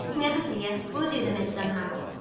never fear, we'll do them is somehow.